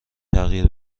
تغییر